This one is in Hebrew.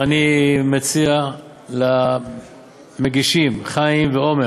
אני מציע למגישים, חיים ועמר,